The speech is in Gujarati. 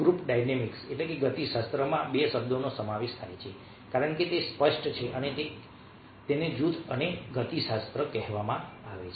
ગ્રુપ ડાયનેમિકગતિશાસ્ત્રમાં 2 શબ્દોનો સમાવેશ થાય છે કારણ કે તે સ્પષ્ટ છે કે તેને જૂથ અને ગતિશાસ્ત્ર કહેવામાં આવે છે